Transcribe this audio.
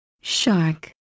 Shark